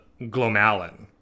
glomalin